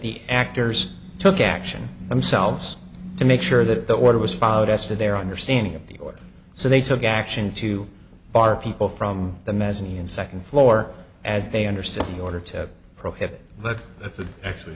the actors took action themselves to make sure that the order was followed as to their understanding of the order so they took action to bar people from the mezzanine second floor as they understood the order to prohibit but at the actually